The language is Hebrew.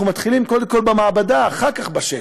אנחנו מתחילים קודם כול במעבדה, אחר כך בשטח.